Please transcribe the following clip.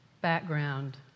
background